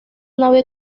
nave